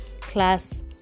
class